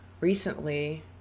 Recently